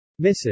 Mrs